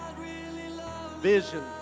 Vision